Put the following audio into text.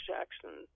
Jackson